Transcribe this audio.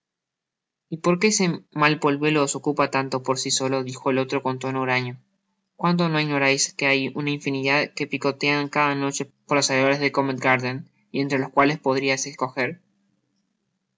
y porque ese mal polluelo os ocupa tanto por si solo dijo el otro con tono huraño cuando no ignorais que hay una infinidad que picotean cada noche por los alrededores de covent garden y entre los cuales podriais escojer